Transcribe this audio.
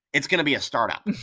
it's going to be a startup. and